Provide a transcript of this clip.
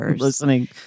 Listening